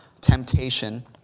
temptation